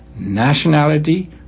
nationality